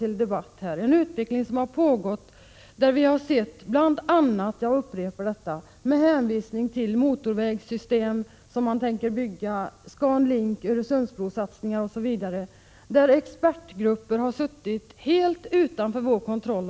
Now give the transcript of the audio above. Jag upprepar att vi i den utvecklingen bl.a. har sett hur expertgrupper — med hänvisning till planerade motorvägssystem som Scan Link, Öresundsbrosatsningar osv. — suttit och jobbat helt utanför vår kontroll.